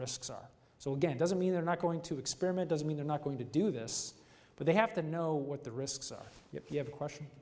are so again doesn't mean they're not going to experiment doesn't mean they're not going to do this but they have to know what the risks are you have a question